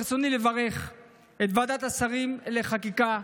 ברצוני לברך את ועדת השרים לחקיקה,